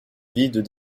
vides